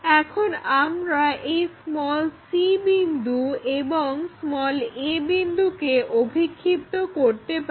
এখন আমরা এই c বিন্দু এবং a বিন্দুকে অভিক্ষিপ্ত করতে পারি